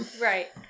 Right